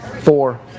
four